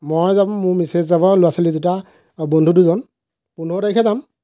মই যাম মোৰ মিছেছ যাব আৰু ল'ৰা ছোৱালী দুটা আৰু বন্ধু দুজন পোন্ধৰ তাৰিখে যাম